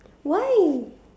why